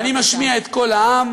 אני משמיע את קול העם,